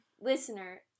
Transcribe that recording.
listener